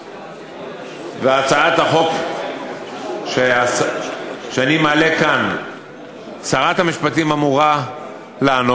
מאחר שעל הצעת החוק שאני מעלה כאן שרת המשפטים אמורה לענות,